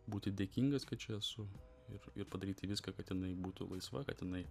būti dėkingas kad čia esu ir ir padaryti viską kad jinai būtų laisva kad jinai